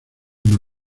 una